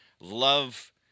love